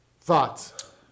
Thoughts